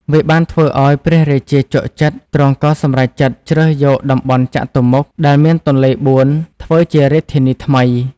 វាបានធ្វើឱ្យព្រះរាជាជក់ចិត្ត ទ្រង់ក៏សម្រេចចិត្តជ្រើសយក តំបន់ចតុមុខ ដែលមានទន្លេបួន ធ្វើជារាជធានីថ្មី ។